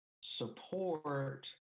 support